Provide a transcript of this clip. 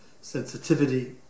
sensitivity